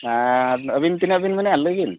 ᱟᱨ ᱟᱹᱵᱤᱱ ᱛᱤᱱᱟᱹᱜ ᱵᱤᱱ ᱢᱮᱱᱮᱜᱼᱟ ᱞᱟᱹᱭ ᱤᱧ